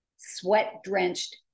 Sweat-drenched